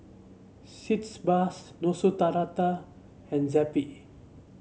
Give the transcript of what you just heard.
Sitz Bath Neostrata and Zappy